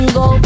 go